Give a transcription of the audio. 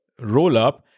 rollup